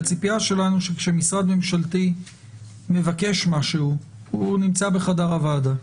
הציפייה שלנו היא שכשמשרד ממשלתי מבקש משהו הוא נמצא בחדר הוועדה.